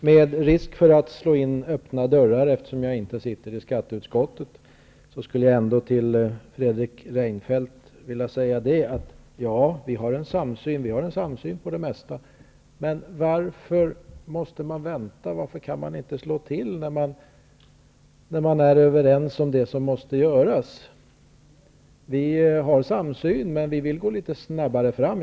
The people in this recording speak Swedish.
Herr talman! Med risk för att slå in öppna dörrar, eftersom jag inte sitter i skatteutskottet, vill jag säga följande till Fredrik Reinfeldt: Ja, vi har en samsyn om det mesta. Men varför måste man vänta? Varför kan man inte slå till när man är överens om det som måste göras? Det finns en samsyn, men vi vill gå litet snabbare fram.